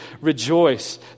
rejoice